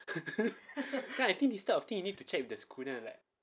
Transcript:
I think this type of thing you need to check with the school then I'm like